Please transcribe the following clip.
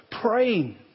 praying